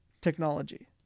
technology